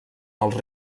els